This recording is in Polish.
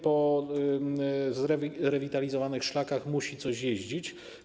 Po zrewitalizowanych szlakach musi coś jeździć.